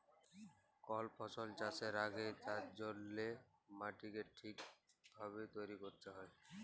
call ফসল চাষের আগেক তার জল্যে মাটিকে ঠিক ভাবে তৈরী ক্যরতে হ্যয়